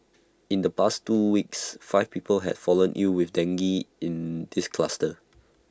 in the past two weeks five people have fallen ill with dengue in this cluster